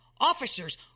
officers